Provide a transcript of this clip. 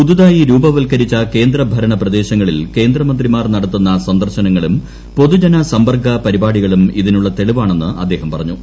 പുതുതായി രൂപവൽക്കരിച്ച കേന്ദ്രഭരണ പ്രദേശങ്ങളിൽ കേന്ദ്രമന്ത്രിമാർ നടത്തുന്ന സന്ദർശനങ്ങളും പൊതുജന സമ്പർക്ക പരിപാടികളും ഇതിനുള്ള തെളിവാണെന്ന് അദ്ദേഹം പറഞ്ഞു